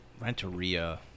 Renteria